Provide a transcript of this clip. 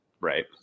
right